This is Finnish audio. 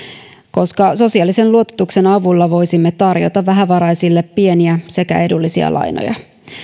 koska sosiaalisen luototuksen avulla voisimme tarjota vähävaraisille pieniä sekä edullisia lainoja